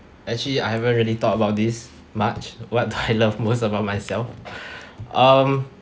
actually I haven't really thought about this much what do I love most about myself um